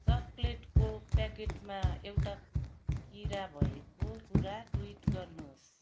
चकलेटको प्याकेटमा एउटा किरा भएको कुरा ट्विट गर्नुहोस्